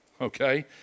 Okay